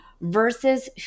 versus